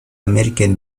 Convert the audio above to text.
american